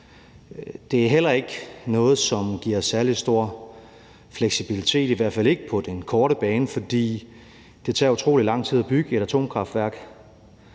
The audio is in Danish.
Det er heller ikke noget, som giver særlig stor fleksibilitet – i hvert fald ikke på den korte bane – for det tager utrolig lang tid at bygge et atomkraftværk.